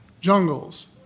jungles